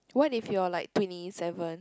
what if you're like twenty seven